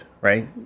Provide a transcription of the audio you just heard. right